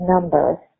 number